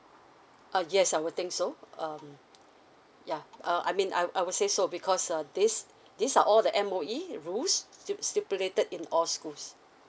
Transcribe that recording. uh yes I will think so um ya err I mean I I would say so because uh these these are all the M_O_E's rules sti~ stipulated in all schools